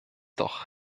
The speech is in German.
doch